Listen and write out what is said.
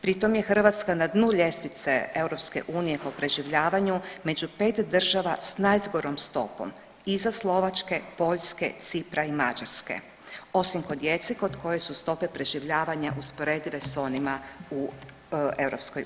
Pritom je Hrvatska na dnu ljestvice EU po preživljavanju, među pet država sa najgorom stopom iza Slovačke, Poljske, Cipra i Mađarske osim kod djece kod koje su stope preživljavanja usporedive sa onima u EU.